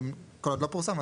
כל עוד לא פורסם,